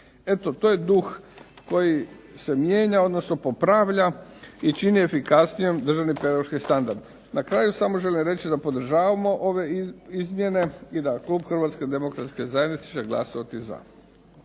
Eto, to je duh koji se mijenja, odnosno popravlja i čini efikasnijom državni pedagoški standard. Na kraju samo želim reći da podržavamo ove izmjene i da klub HDZ-a će glasovati za.